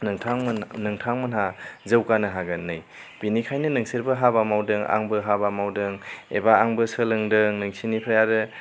नोंथांमोन नोंथांमोनहा जौगानो हागोन नै बेनिखाइनो नोंसोरबो हाबा मावदों आंबो हाबा मावदों एबा आंबो सोलोंदों नोंसिनिफाय आरो